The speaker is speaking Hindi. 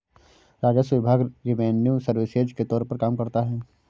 राजस्व विभाग रिवेन्यू सर्विसेज के तौर पर काम करता है